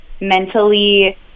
mentally